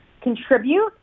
contribute